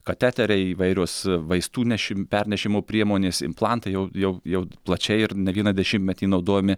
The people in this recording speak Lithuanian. kateteriai įvairios vaistų nešim pernešimo priemonės implantai jau jau jau plačiai ir ne vieną dešimtmetį naudojami